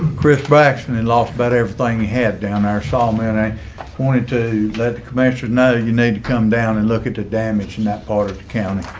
chris braxton in lafayette, everything had down our saw man, i wanted to let the commission know you need to come down and look at the damage in that part of the county.